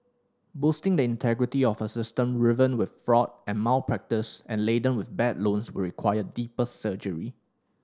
boosting the integrity of a system riven with fraud and malpractice and laden with bad loans will require deeper surgery